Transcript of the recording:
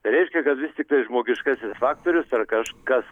reiškia kad vis tiktai žmogiškasis faktorius ar kažkas